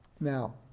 Now